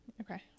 Okay